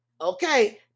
okay